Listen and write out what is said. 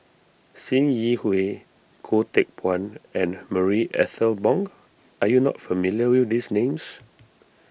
Sim Yi Hui Goh Teck Phuan and Marie Ethel Bong are you not familiar with these names